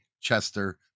Chester